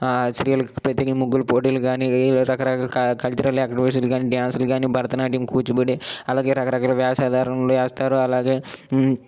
స్త్రీలకు ప్రతి ముగ్గుల పోటీలు కానీ రకరకాల కల్చ కల్చరల్ యాక్టివిటీస్ కానీ డ్యాన్సులు గాని భరతనాట్యం కూచిపూడి అలాగే రకరకాల వేషధారణలు వేస్తారు అలాగే